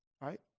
right